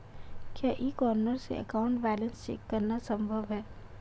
क्या e corner से account balance check करना संभव है?